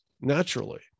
naturally